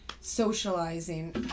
socializing